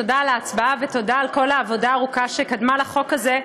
תודה על ההצבעה ותודה על כל העבודה הארוכה שקדמה לחוק הזה.